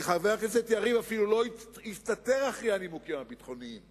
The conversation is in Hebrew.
כי חבר הכנסת יריב אפילו לא הסתתר מאחורי הנימוקים הביטחוניים.